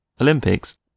Olympics